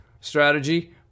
strategy